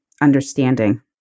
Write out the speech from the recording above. understanding